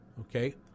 Okay